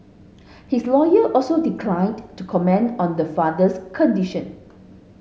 his lawyer also declined to comment on the father's condition